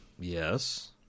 Yes